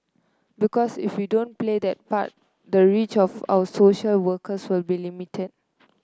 because if we don't play that part the reach of our social workers will be limited